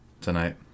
tonight